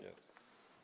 Jest.